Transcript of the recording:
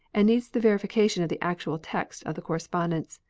and needs the verification of the actual text of the correspondence.